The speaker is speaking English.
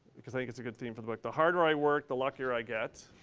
because i think it's a good theme for the book. the harder i work, the luckier i get.